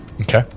Okay